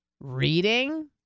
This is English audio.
reading